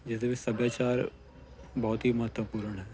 ਜਿਹਦੇ ਵਿੱਚ ਸਭਿਆਚਾਰ ਬਹੁਤ ਹੀ ਮਹੱਤਵਪੂਰਨ ਹੈ